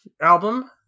album